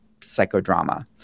psychodrama